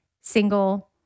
single